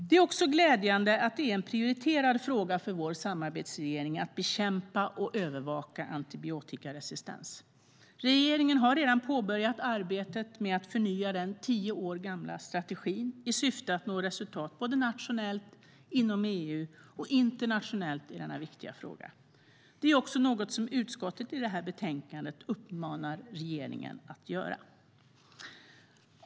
Det är också glädjande att det är en prioriterad fråga för vår samarbetsregering att bekämpa och övervaka antibiotikaresistens. Regeringen har redan påbörjat arbetet med att förnya den tio år gamla strategin i syfte att nå resultat såväl nationellt som inom EU och internationellt i denna viktiga fråga. Det är också något som utskottet i det här betänkandet uppmanar regeringen att göra.